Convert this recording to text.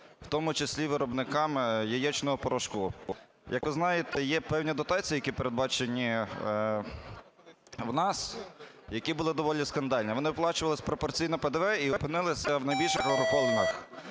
в тому числі виробникам яєчного порошку. Як ви знаєте, є певні дотації, які передбачені в нас, які були доволі скандальні, вони оплачувалися пропорційно ПДВ і опинилися в найбільших агрохолдингах.